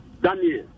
Daniel